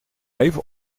even